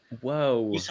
Whoa